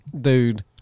Dude